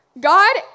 God